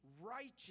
righteous